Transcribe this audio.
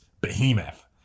behemoth